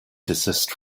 desist